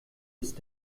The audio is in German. ist